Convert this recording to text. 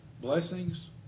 blessings